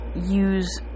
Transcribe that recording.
use